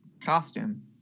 costume